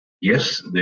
yes